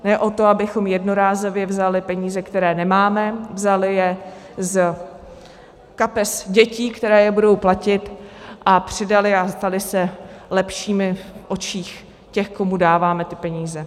Ne o to, abychom jednorázově vzali peníze, které nemáme, vzali je z kapes dětí, které je budou platit, a přidali a stali se lepšími v očích těch, komu dáváme ty peníze.